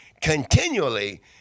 continually